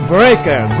Breaker